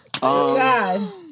God